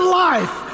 life